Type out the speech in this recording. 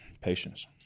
Patience